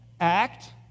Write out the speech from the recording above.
Act